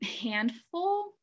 handful